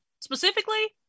specifically